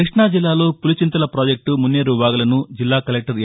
కృష్ణ జిల్లాలో పులిచింతల ప్రాజెక్టు మున్నేరు వాగులను జిల్లా కలెక్టర్ ఏ